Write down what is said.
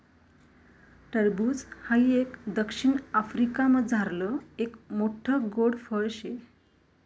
टरबूज हाई एक दक्षिण आफ्रिकामझारलं एक मोठ्ठ गोड फळ शे